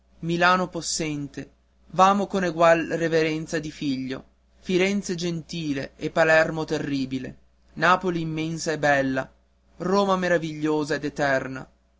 milano possente v'amo con egual reverenza di figlio firenze gentile e palermo terribile napoli immensa e bella roma meravigliosa ed eterna